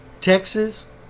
Texas